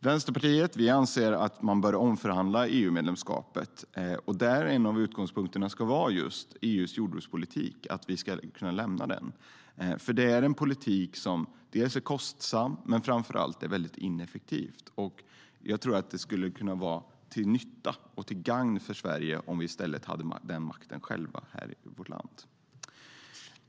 Vänsterpartiet anser att man bör omförhandla EU-medlemskapet. Där ska en av utgångspunkterna vara att Sverige ska kunna lämna EU:s gemensamma jordbrukspolitik. Det är en kostsam och ineffektiv politik. Det skulle vara till nytta och gagn för Sverige om makten ligger hos oss själva.